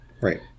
Right